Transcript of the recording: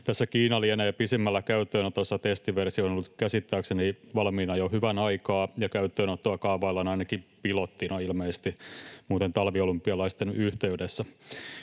Kiina lienee pisimmällä käyttöönotossa, testiversio on ollut käsittääkseni valmiina jo hyvän aikaa ja käyttöönottoa kaavaillaan ainakin pilottina — ilmeisesti muuten talviolympialaisten yhteydessä.